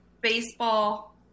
baseball